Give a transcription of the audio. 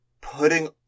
putting